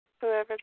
whoever